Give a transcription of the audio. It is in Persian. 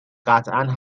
قطعا